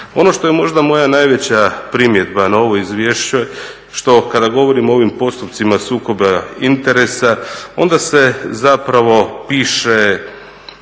Ono što je možda moja najveća primjedba na ovo izvješće što kada govorimo o ovim postupcima sukoba interesa onda se zapravo piše